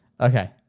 Okay